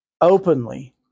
openly